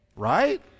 Right